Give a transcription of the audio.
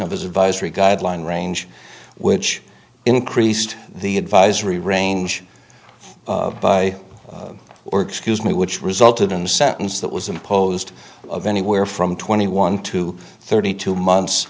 of his advisory guideline range which increased the advisory range by or excuse me which resulted in sentence that was imposed of anywhere from twenty one to thirty two months